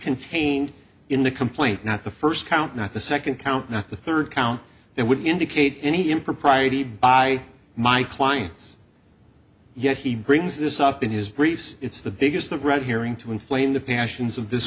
contained in the complaint not the first count not the second count not the third count that would indicate any impropriety by my clients yet he brings this up in his briefs it's the biggest that read hearing to inflame the passions of this